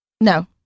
No